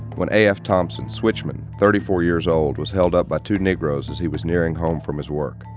when a f. thompson, switchman, thirty four years old, was held up by two negroes as he was nearing home from his work.